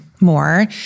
more